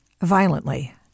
violently